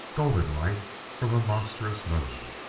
golden light from a monstrous moon!